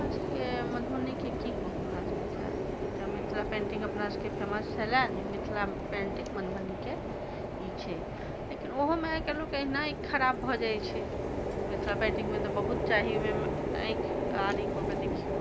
हमरा सबके मधुबनीके की कहू हाल समाचार एकटा मिथिला पेन्टिङ्ग अपना सबके फेमस छलै जे मिथिला पेन्टिङ्ग मधुबनीके ई छै लेकिन ओहोमे आइ काल्हि लोक एहिना आँखि खराब भऽ जाइ छै मिथिला पेन्टिङ्गमे तऽ बहुत चाही ओहिमे आँखि आरिकऽ कऽ देखिऔ